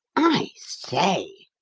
i say!